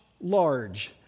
large